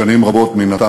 שעליה הוחל כמובן החוק,